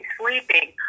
sleeping